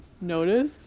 notice